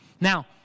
Now